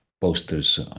posters